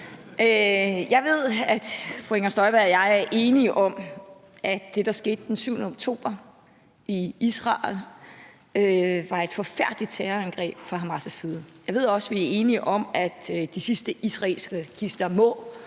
Jeg ved, at fru Inger Støjberg og jeg er enige om, at det, der skete den 7. oktober i Israel, var et forfærdeligt terrorangreb fra Hamas' side. Jeg ved også, at vi er enige om, at de sidste israelske gidsler må